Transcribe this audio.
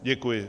Děkuji.